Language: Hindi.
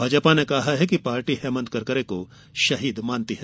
भाजपा ने कहा है कि पार्टी हेमंत करकरे को शहीद मानती है